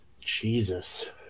Jesus